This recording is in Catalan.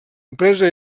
empresa